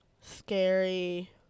scary